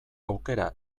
aukera